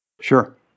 Sure